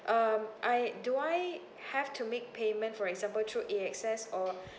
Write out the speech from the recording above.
um I do I have to make payment for example through A_X_S or